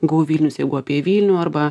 go vilnius jeigu apie vilnių arba